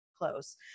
close